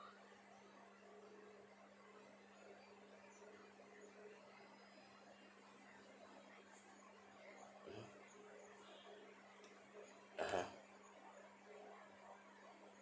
(uh huh)